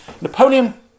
Napoleon